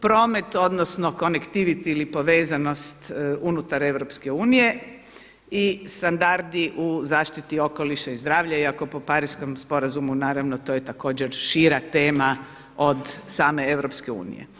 Promet odnosno conetivity ili povezanost unutar EU i standardi u zaštiti okoliša i zdravlja, iako po Pariškom sporazumu naravno to je također šira tema od same EU.